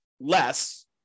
less